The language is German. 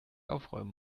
aufräumen